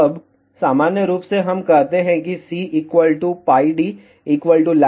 अब सामान्य रूप में हम कहते हैं कि C π D≈ λ